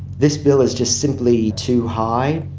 this bill is just simply too high'.